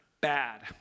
bad